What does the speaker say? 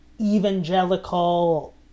evangelical